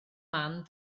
man